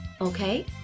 Okay